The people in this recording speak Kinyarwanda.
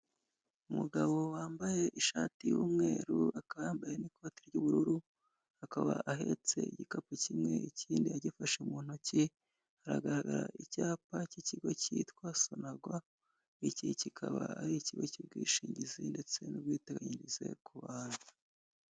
Umugabo wambaye ishati y'umweru akaba yambaye n'ikote ry'ubururu akaba ahetse igikapu kimwe ikindi agifashe mu ntoki, hagaragara icyapa cy'ikigo cyitwa sonarwa: iki kikaba ari ikigo cy'ubwishingizi ndetse n'ubwiteganyirize ku bantu.